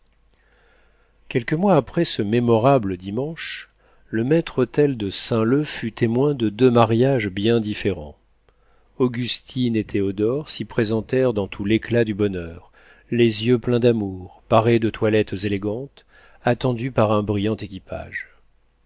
quelques mois après ce mémorable dimanche le maître-autel de saint-leu fut témoin de deux mariages bien différents augustine et théodore s'y présentèrent dans tout l'éclat du bonheur les yeux pleins d'amour parés de toilettes élégantes attendus par un brillant équipage